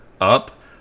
up